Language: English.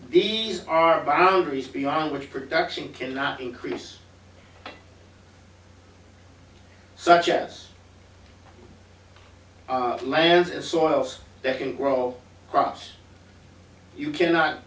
these are boundaries beyond which production cannot increase such as plants as soils that can grow crops you cannot